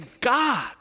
God